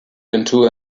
into